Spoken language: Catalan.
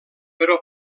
però